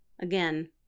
Again